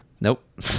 nope